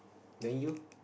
then you